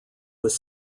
was